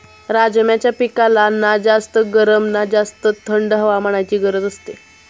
राजमाच्या पिकाला ना जास्त गरम ना जास्त थंड हवामानाची गरज असते